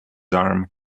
arm